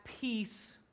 peace